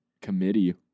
committee